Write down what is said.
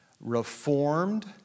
reformed